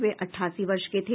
वे अठासी वर्ष के थे